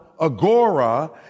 Agora